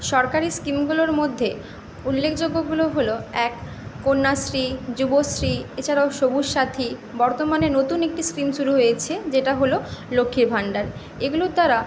সরকারি স্কিমগুলোর মধ্যে উল্লেখযোগ্যগুলো হলো এক কন্যাশ্রী যুবশ্রী এছাড়াও সবুজ সাথী বর্তমানে নতুন একটি স্কিম শুরু হয়েছে যেটা হলো লক্ষ্মীর ভাণ্ডার এগুলোর দ্বারা